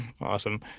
Awesome